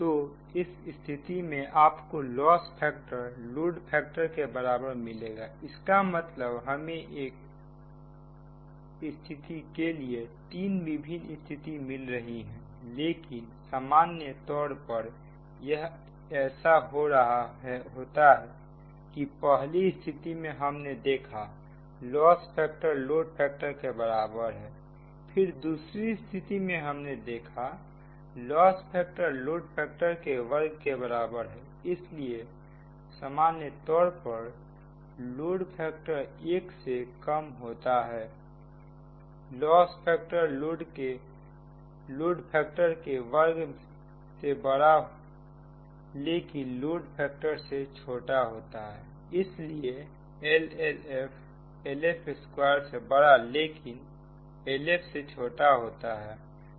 तो इस स्थिति में आपको लॉस् फैक्टर लोड फैक्टर के बराबर मिलेगा इसका मतलब हमें एक स्थिति के लिए तीन विभिन्न स्थिति मिल रही है लेकिन सामान्य तौर पर यह ऐसे हो रहा होता है पहली स्थिति में हमने देखा लॉस् फैक्टर लोड फैक्टर के बराबर है फिर दूसरी स्थिति में हमने देखा लॉस् फैक्टर लोड फैक्टर के वर्ग के बराबर है इसलिए सामान्य तौर पर लोड फैक्टर एक से कम होता है लॉस फैक्टर लोड फैक्टर के वर्ग से बड़ा लेकिन लोड फैक्टर से छोटा होता है इसलिए LLF LF2 से बड़ा लेकिन LF से छोटा होता है